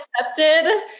accepted